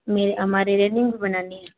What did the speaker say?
मेरे हमारे रेनिंग भी बनानी है